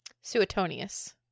Suetonius